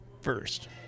first